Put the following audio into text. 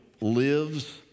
lives